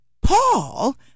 Paul